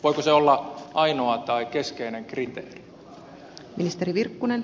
voiko se olla ainoa tai keskeinen kriteeri